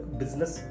business